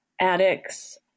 addicts